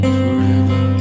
forever